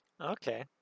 Okay